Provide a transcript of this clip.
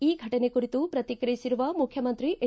ಈ ಘಟನೆ ಕುರಿತು ಪ್ರಕಿಕ್ರಿಯಿಸಿರುವ ಮುಖ್ಯಮಂತ್ರಿ ಎಚ್